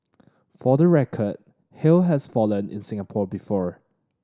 for the record hail has fallen in Singapore before